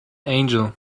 angel